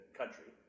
country